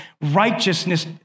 Righteousness